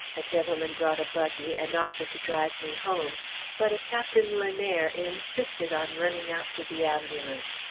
a gentleman brought a buggy, and offered to drive me home but a captain lenair insisted on running after the ambulance.